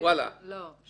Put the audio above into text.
ואללה --- לא.